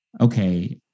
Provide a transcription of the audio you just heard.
okay